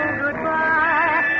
goodbye